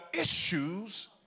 issues